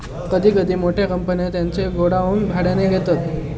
कधी कधी मोठ्या कंपन्या त्यांचे गोडाऊन भाड्याने घेतात